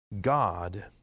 God